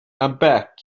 aback